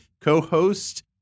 co-host